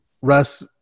Russ